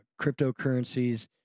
cryptocurrencies